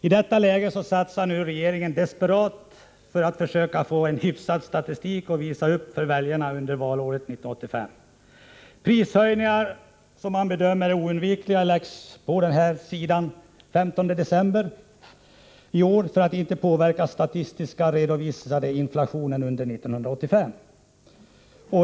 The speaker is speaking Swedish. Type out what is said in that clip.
I detta läge satsar regeringen desperat på att få en hyfsad statistik att visa upp för väljarna under valåret 1985. Prishöjningar som man bedömer vara oundvikliga läggs på denna sida den 15 december i år för att inte påverka den statistiska redovisningen av inflationen under 1985.